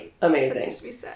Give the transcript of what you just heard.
Amazing